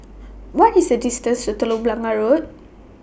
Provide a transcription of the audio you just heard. What IS The distance to Telok Blangah Road